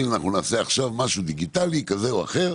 אם אנחנו נעשה עכשיו משהו דיגיטלי כזה או אחר,